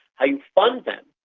how you fund them,